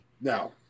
Now